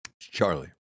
Charlie